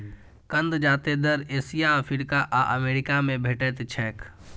कंद जादेतर Asia, Africa आ अमेरिका मे भेटैत छैक